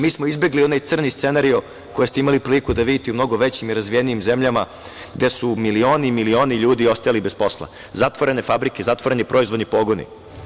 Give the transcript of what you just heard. Mi smo izbegli onaj crni scenario koji ste imali priliku da vidite u mnogo većim i razvijenim zemljama gde su milioni i milioni ljudi ostajali bez posla, zatvorene fabrike, zatvoreni proizvodni pogoni.